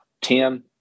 Tim